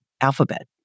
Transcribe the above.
alphabet